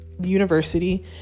university